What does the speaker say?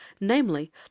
namely